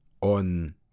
on